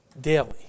daily